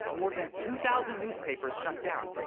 more than two thousand newspapers shut down.